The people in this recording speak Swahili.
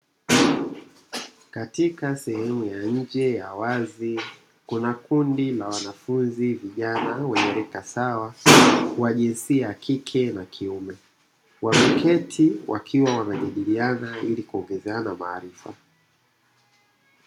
Katika sehemu ya nje ya wazi, kuna kundi la wanafunzi vijana, wa jinsia ya kike na kiume, wameketi wakiwa wamejadiliana ili kuongezana maarifa.